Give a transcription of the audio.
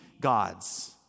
gods